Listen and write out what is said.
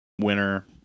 winner